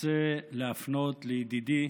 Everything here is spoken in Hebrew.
רוצה להפנות לידידי